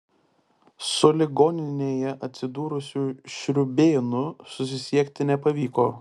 su ligoninėje atsidūrusiu šriūbėnu susisiekti nepavyko